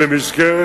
ובמאחזים?